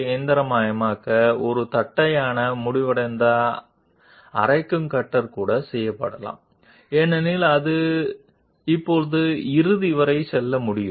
ఈ రెండింటిని యాక్సిస్ చుట్టూ తిప్పగలిగితే ఈ నిర్దిష్ట ఉపరితలాన్ని మెషిన్ చేయడానికి ఫ్లాట్ ఎండెడ్ మిల్లింగ్ కట్టర్ను కూడా తయారు చేయవచ్చు ఎందుకంటే ఇది ఇప్పుడు దాని అంచుతో కత్తిరించి చివరి వరకు వెళ్లగలదు